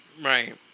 Right